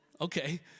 Okay